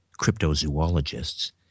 cryptozoologists